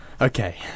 Okay